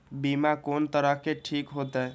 बीमा कोन तरह के ठीक होते?